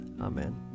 Amen